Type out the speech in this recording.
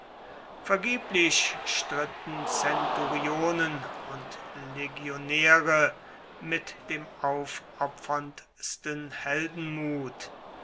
vergeblich stritten centurionen und legionäre mit dem aufopferndsten heldenmut